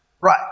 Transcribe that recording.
Right